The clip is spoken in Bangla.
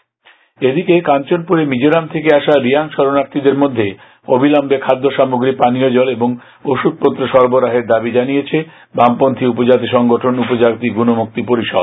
জিএমপি কাঞ্চনপুরে মিজোরাম থেকে আসা রিয়াং শরণার্থীদের মধ্যে অবিলম্বে খাদ্য সামগ্রী পানীয় জল ও ওষুধপত্র সরবরাহের দাবি জানিয়েছে বামপন্হী উপজাতি সংগঠন উপজাতি গনমুক্তি পরিষদ